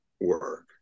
work